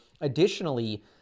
Additionally